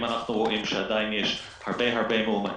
אם אנחנו רואים שעדיין יש הרבה מאומתים